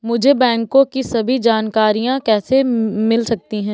मुझे बैंकों की सभी जानकारियाँ कैसे मिल सकती हैं?